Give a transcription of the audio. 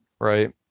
Right